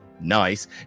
nice